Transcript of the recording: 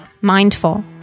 Mindful